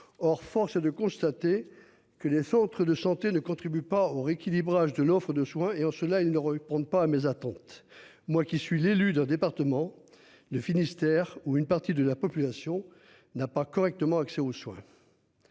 Or force est de constater que les centres de santé ne contribue pas au rééquilibrage de l'offre de soins et en cela ils ne répondent pas à mes attentes. Moi qui suis l'élu d'un département, le Finistère, où une partie de la population n'a pas correctement, accès aux soins.